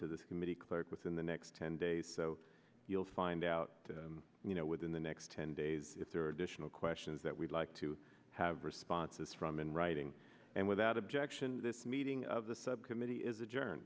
to this committee clerk within the next ten days so you'll find out you know within the next ten days if there are additional questions that we'd like to have responses from in writing and without objection this meeting of the subcommittee is a